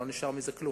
לא נשאר ממנה כלום.